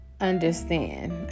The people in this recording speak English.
understand